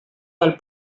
del